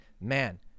man